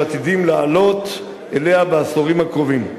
עתידים לעלות אליה בעשורים הקרובים.